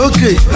Okay